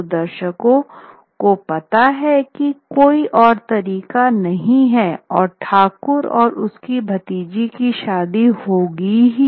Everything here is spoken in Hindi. तो दर्शकों को पता है कि कोई और तरीका नहीं और ठाकुर और उसकी भतीजी की शादी होगी ही